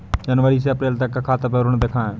जनवरी से अप्रैल तक का खाता विवरण दिखाए?